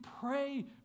pray